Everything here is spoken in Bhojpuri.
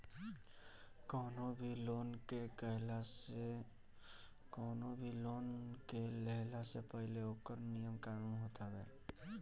कवनो भी लोन के लेहला से पहिले ओकर नियम कानून होत हवे